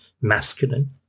masculine